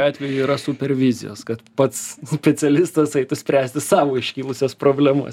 atveju yra supervizijos kad pats specialistas eitų spręsti savo iškilusias problemas